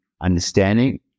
understanding